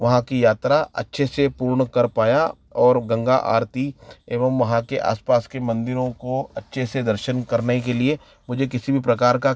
वहाँ की यात्रा अच्छे से पूर्ण कर पाया और गंगा आरती एवम् वहाँ के आस पास के मंदिरों को अच्छे से दर्शन करने के लिए मुझे किसी भी प्रकार का